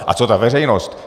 A co ta veřejnost?